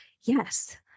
yes